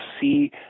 see